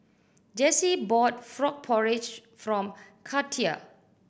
Jessi bought frog porridge for Katia